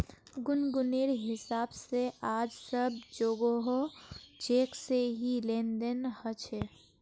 गुनगुनेर हिसाब से आज सब जोगोह चेक से ही लेन देन ह छे